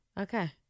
Okay